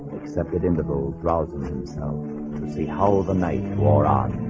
accepted in the world browsers himself to see how the night wore on